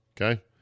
okay